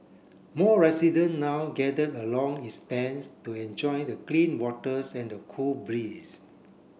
more resident now gathered along its banks to enjoy the clean waters and the cool breeze